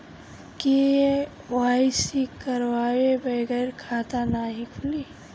KYC करवाये बगैर खाता नाही खुली?